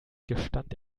gestand